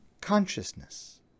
consciousness